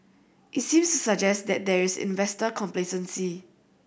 it seems to suggest that there is investor complacency